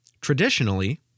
Traditionally